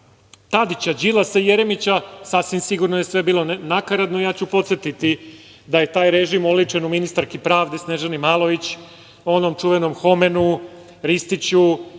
Tadića, Đilasa i Jeremića sasvim sigurno je sve bilo nakaradno i ja ću podsetiti da je taj režim oličen u ministarki pravde Snežani Malović, onom čuvenom Homenu, Ristiću